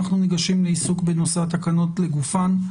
אנחנו ניגשים לעיסוק בנושא התקנות לגופן.